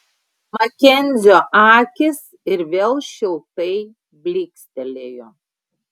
makenzio akys ir vėl šiltai blykstelėjo